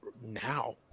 now